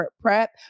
prep